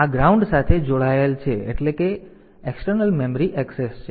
તેથી આ ગ્રાઉન્ડ સાથે જોડાયેલ છે એટલે કે એક્સટર્નલ મેમરી એક્સેસ છે